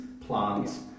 plants